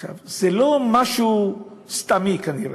עכשיו, זה לא משהו סתמי, כנראה.